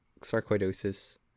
sarcoidosis